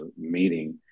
meeting